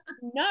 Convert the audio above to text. No